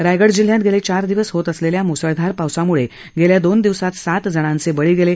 रायगड जिल्ह्यात गेले चार दिवस होत असलेल्या म्सळधार पावसामुळे गेल्या दोन दिवसात सात जणांचे बळी गेले